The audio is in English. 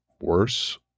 worse